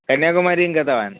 कन्याकुमारीं गतवान्